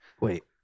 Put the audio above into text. Wait